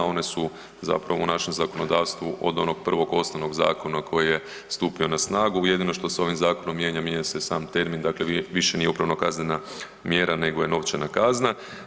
One su zapravo u našem zakonodavstvu od onog prvog osnovnog zakona koji je stupio na snagu jedino što se ovim zakonom mijenja, mijenja se sam termin dakle više nije upravnokaznena mjera, nego je novčana kazna.